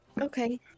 Okay